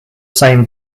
same